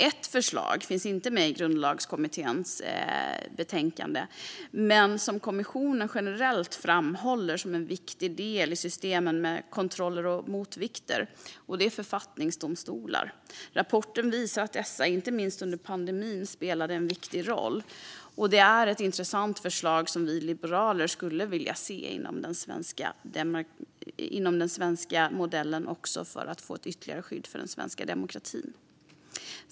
Ett förslag som inte finns med i grundlagskommitténs betänkande men som kommissionen generellt framhåller som en viktig del i systemet för kontroller och motvikter är författningsdomstolar. Rapporten visar att dessa inte minst under pandemin spelade en viktig roll. Det är ett intressant förslag och något som vi liberaler skulle vilja se inom den svenska modellen för att få ett ytterligare skydd för den svenska demokratin.